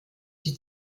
die